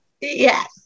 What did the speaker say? Yes